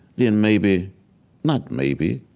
then maybe not maybe,